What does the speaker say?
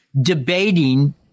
debating